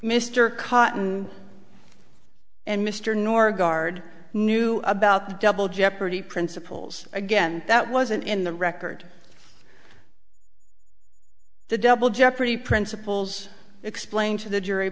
cotton and mr norgaard knew about double jeopardy principles again that wasn't in the record the double jeopardy principles explained to the jury